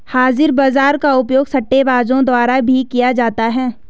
हाजिर बाजार का उपयोग सट्टेबाजों द्वारा भी किया जाता है